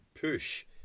push